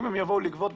אם הם יבואו לגבות,